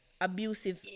abusive